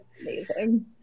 amazing